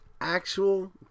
actual